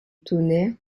tonnerre